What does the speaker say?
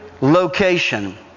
location